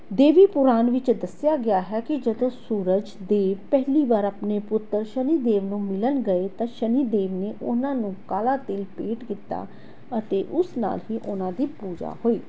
ਦੇਵੀ ਪੁਰਾਨ ਵਿੱਚ ਦੱਸਿਆ ਗਿਆ ਹੈ ਕਿ ਜਦੋਂ ਸੂਰਜ ਦੇਵ ਪਹਿਲੀ ਵਾਰ ਆਪਣੇ ਪੁੱਤਰ ਸ਼ਨੀਦੇਵ ਨੂੰ ਮਿਲਣ ਗਏ ਤਾਂ ਸ਼ਨੀਦੇਵ ਨੇ ਉਹਨਾਂ ਨੂੰ ਕਾਲਾ ਤਿਲ਼ ਭੇਂਟ ਕੀਤਾ ਅਤੇ ਉਸ ਨਾਲ਼ ਹੀ ਉਹਨਾਂ ਦੀ ਪੂਜਾ ਹੋਈ